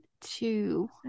two